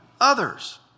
others